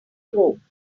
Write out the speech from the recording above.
chrome